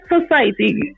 society